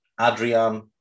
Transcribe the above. Adrian